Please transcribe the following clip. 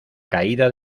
caída